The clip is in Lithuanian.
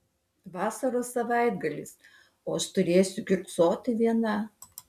vasaros savaitgalis o aš turėsiu kiurksoti viena